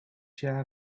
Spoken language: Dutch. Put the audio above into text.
jaar